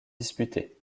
disputées